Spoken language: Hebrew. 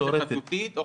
וחזותית.